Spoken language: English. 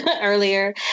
earlier